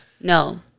No